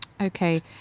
Okay